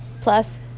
Plus